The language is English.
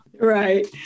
Right